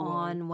on